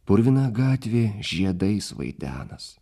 purvina gatvė žiedais vaidenas